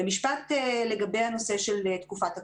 משפט לגבי הנושא של תקופת הקורונה.